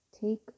Take